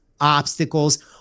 obstacles